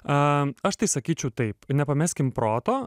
a aš tai sakyčiau taip nepameskim proto